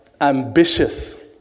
ambitious